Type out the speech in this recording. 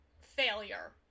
failure